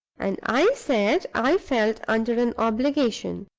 and i said i felt under an obligation,